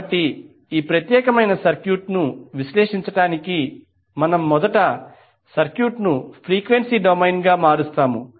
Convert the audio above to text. కాబట్టి ఈ ప్రత్యేకమైన సర్క్యూట్ను విశ్లేషించడానికి మనము మొదట సర్క్యూట్ను ఫ్రీక్వెన్సీ డొమైన్గా మారుస్తాము